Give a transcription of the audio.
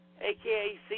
AKA